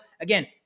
again